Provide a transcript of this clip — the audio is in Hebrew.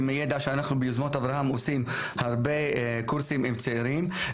ומידע שאנחנו ביוזמות אברהם עושים הרבה קורסים עם צעירים.